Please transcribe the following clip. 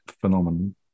phenomenon